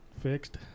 fixed